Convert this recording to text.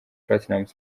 platnumz